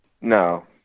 no